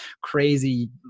crazy